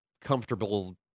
comfortable